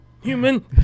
human